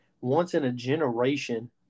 once-in-a-generation